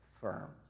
firm